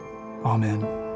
Amen